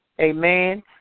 Amen